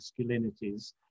Masculinities